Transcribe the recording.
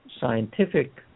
scientific